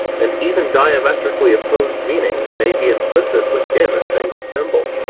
and even diametrically opposed meanings may be implicit within a single symbol.